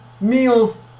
meals